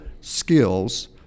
skills